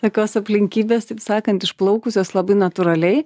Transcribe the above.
tokios aplinkybės taip sakant išplaukusios labai natūraliai